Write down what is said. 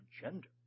gender